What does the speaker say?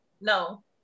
No